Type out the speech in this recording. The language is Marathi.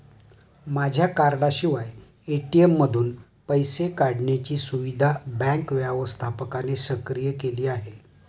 माझ्या कार्डाशिवाय ए.टी.एम मधून पैसे काढण्याची सुविधा बँक व्यवस्थापकाने सक्रिय केली आहे